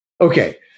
Okay